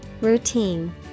Routine